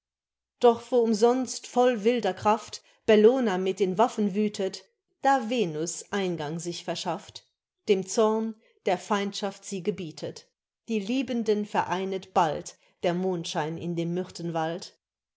doch wo umsonst voll wilder kraft bellona mit den waffen wüthet da venus eingang sich verschafft dem zorn der feindschaft sie gebietet die liebenden vereinet bald der mondschein in dem myrthenwald